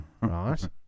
right